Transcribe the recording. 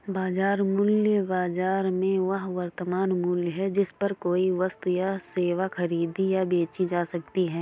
बाजार मूल्य, बाजार मूल्य में वह वर्तमान मूल्य है जिस पर कोई वस्तु या सेवा खरीदी या बेची जा सकती है